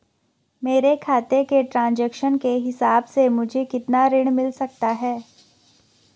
मेरे खाते के ट्रान्ज़ैक्शन के हिसाब से मुझे कितना ऋण मिल सकता है?